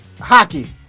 hockey